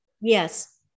Yes